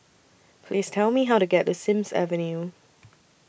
Please Tell Me How to get to Sims Avenue